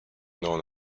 known